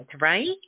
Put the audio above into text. right